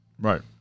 Right